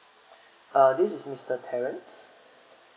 uh this is mister terrence